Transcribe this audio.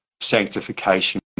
sanctification